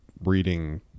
reading